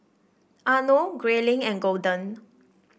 Arno Grayling and Golden